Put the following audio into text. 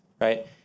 right